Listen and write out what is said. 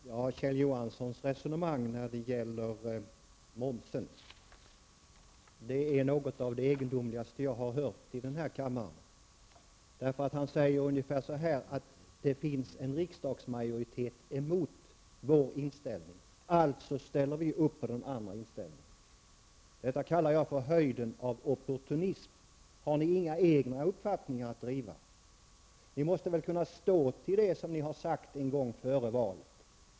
Fru talman! Kjell Johanssons resonemang om momsen är något av det egendomligaste jag har hört i den här kammaren. Han säger ungefär så här: Det finns en riksdagsmajoritet emot vår inställning, alltså ställer vi upp på den andra inställningen. Detta kallar jag för höjden av opportunism. Har ni inga egna uppfattningar att driva? Ni måste väl kunna stå för det som ni har sagt före valet.